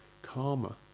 Karma